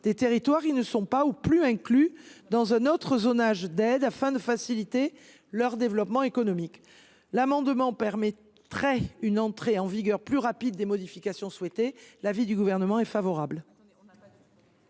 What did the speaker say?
des territoires qui ne sont pas ou plus inclus dans un autre zonage, d’aide afin de faciliter leur développement économique. L’amendement, s’il était adopté, permettrait une entrée en vigueur plus rapide des modifications souhaitées. L’avis du Gouvernement est donc favorable.